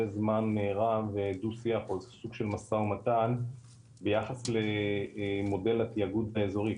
זמן רב דו שיח או סוג של משא ומתן ביחס למודל התאגוד האזורי,